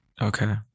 okay